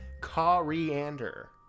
coriander